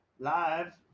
Live